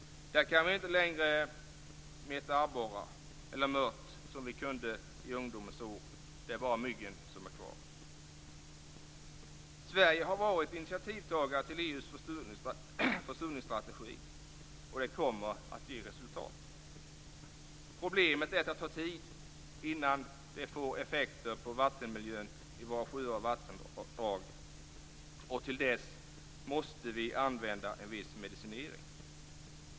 Där kan vi inte längre meta abborrar eller mört, som vi kunde i ungdomens år. Det är bara myggen som är kvar. Sverige har varit initiativtagare till EU:s försurningsstrategi, och det kommer att ge resultat. Problemet är att det tar tid innan det får effekter på vattenmiljön i våra sjöar och vattendrag. Till dess måste vi använda en viss medicinering.